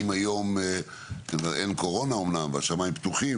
היום אמנם אין קורונה והשמיים פתוחים,